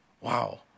Wow